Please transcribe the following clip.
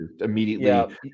Immediately